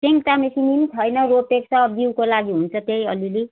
सिङ्तामे सिमी पनि छैन रोपेको छ बिउको लागि हुन्छ त्यही अलिअलि